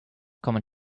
common